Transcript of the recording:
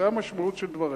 זאת המשמעות של דבריך,